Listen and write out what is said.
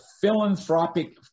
philanthropic